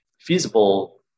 feasible